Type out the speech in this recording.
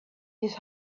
his